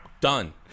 Done